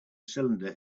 cylinder